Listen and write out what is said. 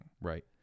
Right